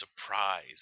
surprise